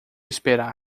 esperar